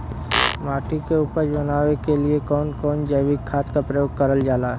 माटी के उपजाऊ बनाने के लिए कौन कौन जैविक खाद का प्रयोग करल जाला?